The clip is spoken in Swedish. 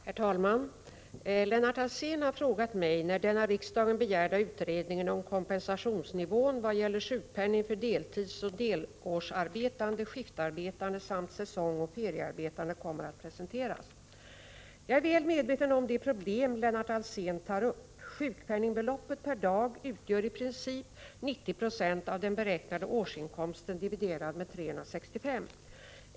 Herr talman! Lennart Alsén har frågat mig när den av riksdagen begärda utredningen om kompensationsnivån vad gäller sjukpenning för deltidsoch delårsarbetande, skiftarbetande samt säsongsoch feriearbetande kommer att presenteras. Jag är väl medveten om de problem Lennart Alsén tar upp. Sjukpenningbeloppet per dag utgör i princip 90 26 av den beräknade årsinkomsten dividerad med 365.